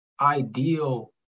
ideal